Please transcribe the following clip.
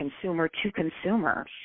consumer-to-consumer